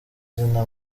zina